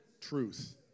Truth